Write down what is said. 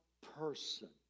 person